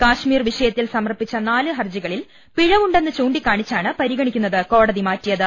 കശ്മീർ വിഷയത്തിൽ സമർപ്പിച്ച നാല് ഹർജി കളിൽ പിഴവുണ്ടെന്ന് ചൂണ്ടിക്കാണിച്ചാണ് പരിഗണിക്കുന്നത് കോടതി മാറ്റിയത്